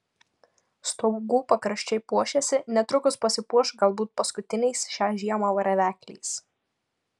stogų pakraščiai puošiasi netrukus pasipuoš galbūt paskutiniais šią žiemą varvekliais